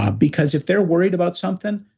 ah because, if they're worried about something,